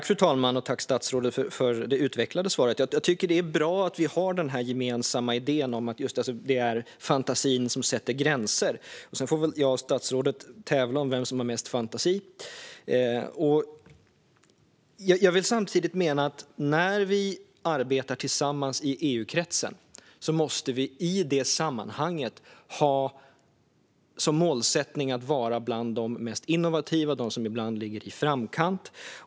Fru talman! Tack, statsrådet, för det utvecklade svaret! Jag tycker att det är bra att vi har den gemensamma idén att det är fantasin som sätter gränserna. Sedan får väl jag och statsrådet tävla om vem som har mest fantasi. Jag menar samtidigt att vi, när vi arbetar tillsammans i EU-kretsen i detta sammanhang, måste ha som målsättning att vara bland de mest innovativa och ibland ligga i framkant.